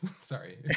Sorry